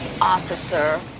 officer